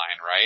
right